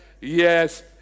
yes